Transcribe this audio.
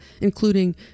including